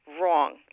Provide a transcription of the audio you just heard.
Wrong